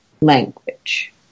language